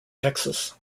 texas